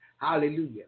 Hallelujah